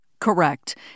Correct